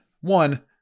One